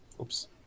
Oops